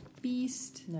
beast